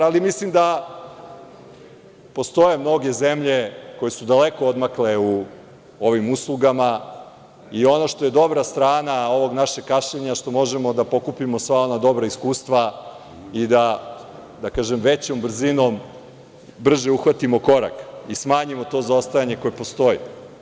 Ali, mislim da postoje mnoge zemlje koje su daleko odmakle u ovim uslugama, i ono što je dobra strana ovog našeg kašnjenja što možemo da pokupimo sva dobra iskustva i da, da kažem, većom brzinom, brže uhvatimo korak i smanjimo to zaostajanje koje postoji.